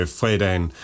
fredagen